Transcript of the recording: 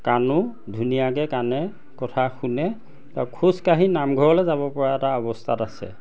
কাণো ধুনীয়াকে কাণে কথা শুনে খোজকাঢ়ি নামঘৰলে যাব পৰা এটা অৱস্থাত আছে